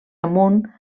amunt